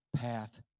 path